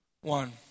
one